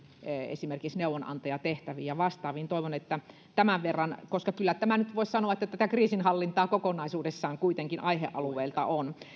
esimerkiksi neuvonantajatehtäviiin ja vastaaviin toivon että tämän verran tästä sanotte koska kyllä voisi nyt sanoa että tämä tätä kriisinhallintaa kokonaisuudessaan siltä aihealueelta kuitenkin on